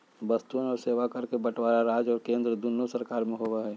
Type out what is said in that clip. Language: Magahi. वस्तुअन और सेवा कर के बंटवारा राज्य और केंद्र दुन्नो सरकार में होबा हई